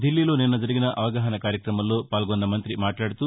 దిల్లీలో నిన్న జరిగిన అవగాహనా కార్యక్రమంలో పాల్గొన్న మంతి మాట్లాదుతూ